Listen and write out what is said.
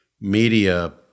media